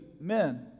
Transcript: men